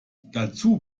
dazu